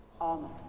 Amen